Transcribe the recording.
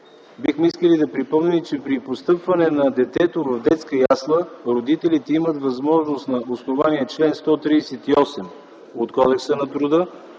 Бихме искали да припомним, че при постъпване на детето в детска ясла родителите имат възможност на основание чл. 138 от Кодекса на труда